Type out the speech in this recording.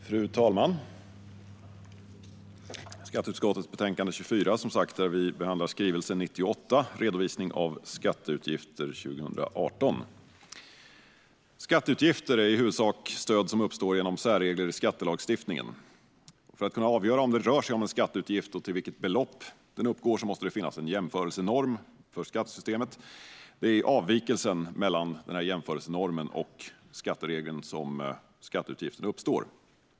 Fru talman! Nu är det dags för skatteutskottets betänkande 24, där vi behandlar skrivelse 98 Redovisning av skatteutgifter 2018 . Skatteutgifter är i huvudsak stöd som uppstår genom särregler i skattelagstiftningen. För att kunna avgöra om det rör sig om en skatteutgift och till vilket belopp den uppgår måste det finnas en jämförelsenorm för skattesystemet. Det är i avvikelsen mellan jämförelsenormen och skatteregeln som skatteutgiften uppstår.